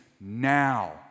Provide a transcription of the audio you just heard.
now